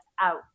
out